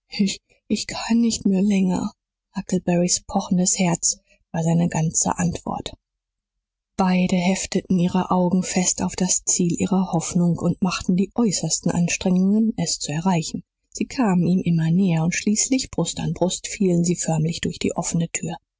ich kann nicht mehr länger huckleberrys pochendes herz war seine ganze antwort beide hefteten ihre augen fest auf das ziel ihrer hoffnung und machten die äußersten anstrengungen es zu erreichen sie kamen ihm immer näher und schließlich brust an brust fielen sie förmlich durch die offene tür